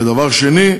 ודבר שני,